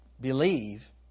believe